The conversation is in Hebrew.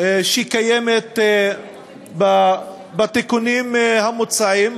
שקיימת בתיקונים המוצעים,